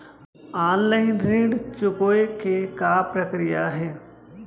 Online ऋण चुकोय के का प्रक्रिया हे?